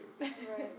Right